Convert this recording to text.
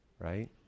right